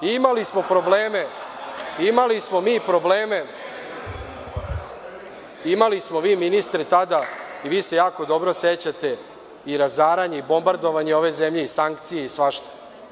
Imali smo mi probleme, imali smo mi ministre tada i vi se jako dobro sećate i razaranje i bombardovanje ove zemlje, sankcije i svašta.